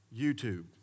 YouTube